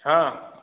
ହଁ